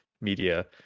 media